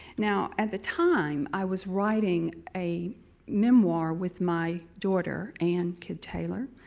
now, at the time, i was writing a memoir with my daughter, ann kidd taylor,